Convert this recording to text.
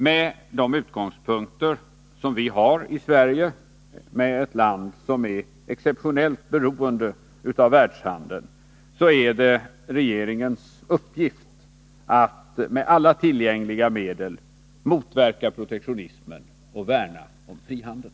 Med de utgångspunkter som vi har i Sverige — ett land som är exceptionellt beroende av världshandeln — är det regeringens uppgift att med alla tillgängliga medel motverka protektionismen och värna om frihandeln.